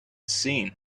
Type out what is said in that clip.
seen